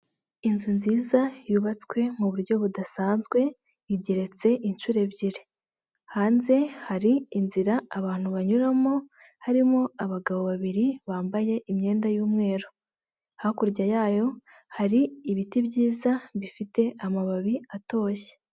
Inzu nziza yubatswe mu buryo budasanzwe igeretse inshuro ebyiri hanze hari inzira abantu banyuramo harimo abagabo babiri bambaye imyenda y'umweru hakurya yayo hari ibiti byiza bifite amababi atoshye.